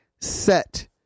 set